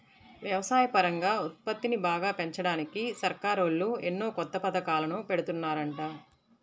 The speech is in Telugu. వ్యవసాయపరంగా ఉత్పత్తిని బాగా పెంచడానికి సర్కారోళ్ళు ఎన్నో కొత్త పథకాలను పెడుతున్నారంట